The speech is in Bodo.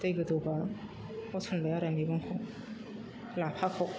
दै गोदौब्ला होसनबाय आरो मैगंखौ लाफाखौ